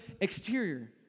exterior